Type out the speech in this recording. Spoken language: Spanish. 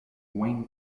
wayne